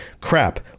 crap